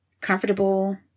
comfortable